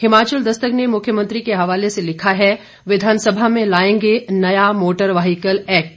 हिमाचल दस्तक ने मुख्यमंत्री के हवाले से लिखा है विधानसभा में लाएंगे नया मोटर व्हीकल एक्ट